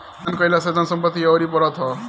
दान कईला से धन संपत्ति अउरी बढ़त ह